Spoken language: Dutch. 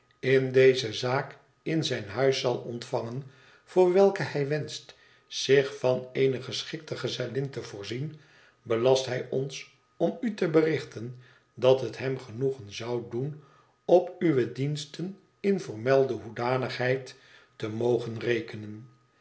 in deze zaak in zijn huis zal ontvangen voor welke hij wenscht zich van eene geschikte gezellin te voorzien belast hij ons om u te berichten dat het hem genoegen zou doen op uwe diensten in voormelde hoedanigheid te mogen rekenen